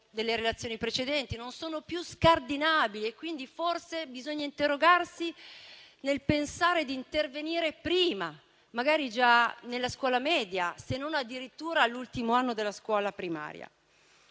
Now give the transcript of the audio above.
quelle relazioni precedenti, non sono più scardinabili e quindi forse bisogna interrogarsi nel pensare di intervenire prima, magari già nella scuola media, se non addirittura nell'ultimo anno della scuola primaria.